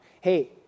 hey